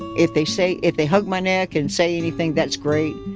if they say, if they hug my neck and say anything, that's great.